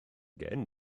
gen